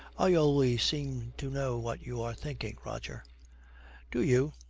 i always seem to know what you are thinking, roger do you?